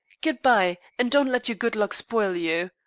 good-bye, and don't let your good luck spoil you.